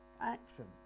action